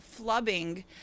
flubbing